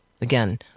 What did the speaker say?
Again